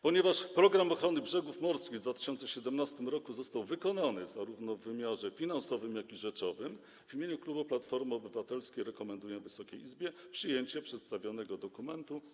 Ponieważ „Program ochrony brzegów morskich” w 2017 r. został wykonany zarówno w wymiarze finansowym, jak i rzeczowym, w imieniu klubu Platformy Obywatelskiej rekomenduję Wysokiej Izbie przyjęcie przedstawionego dokumentu.